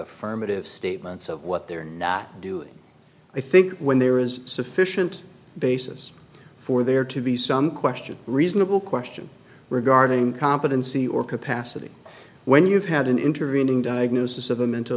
affirmative statements of what they're not doing i think when there is sufficient basis for there to be some question reasonable question regarding competency or capacity when you've had an interesting diagnosis of a mental